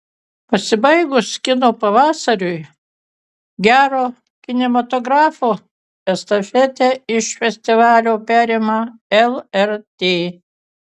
pasibaigus kino pavasariui gero kinematografo estafetę iš festivalio perima lrt